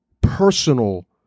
personal